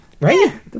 Right